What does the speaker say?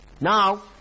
Now